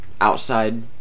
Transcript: outside